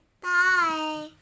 Bye